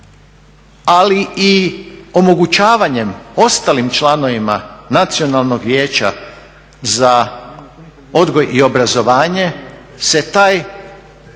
ali i omogućavanjem ostalim članovima Nacionalnog vijeća za odgoj i obrazovanje se taj